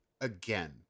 again